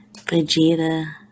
Vegeta